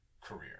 career